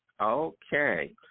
Okay